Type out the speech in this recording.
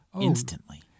instantly